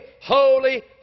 holy